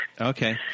Okay